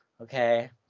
Okay